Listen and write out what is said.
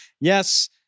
Yes